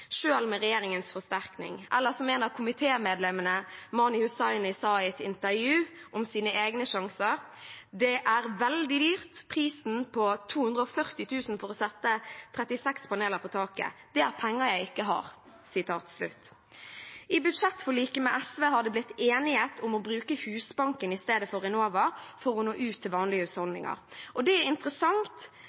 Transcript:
med regjeringens forsterkning – eller som et av komitemedlemmene, Mani Hussaini, sa i et intervju om sine egne sjanser: «Det er veldig dyrt! Prisen kom på 240 000 for å sette 36 paneler på taket. Det er penger jeg ikke har.» I budsjettforliket med SV har det blitt enighet om å bruke Husbanken i stedet for Enova for å nå ut til vanlige husholdninger. Det er interessant,